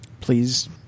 please